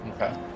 Okay